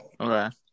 Okay